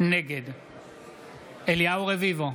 נגד אליהו רביבו,